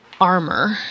armor